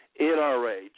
NRA